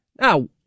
now